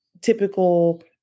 typical